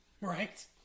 Right